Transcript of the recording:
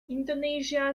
indonesia